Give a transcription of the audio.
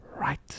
right